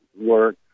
work